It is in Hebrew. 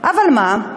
אבל מה,